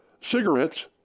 Cigarettes